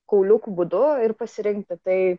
kauliukų būdu ir pasirinkti tai